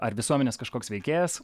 ar visuomenės kažkoks veikėjas